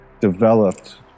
developed